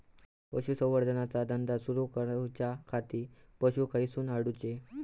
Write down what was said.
पशुसंवर्धन चा धंदा सुरू करूच्या खाती पशू खईसून हाडूचे?